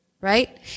right